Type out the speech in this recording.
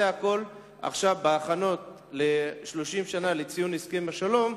בהכנות לציון 30 שנה להסכם השלום,